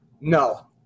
No